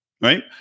right